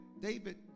David